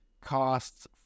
costs